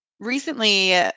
recently